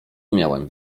miałem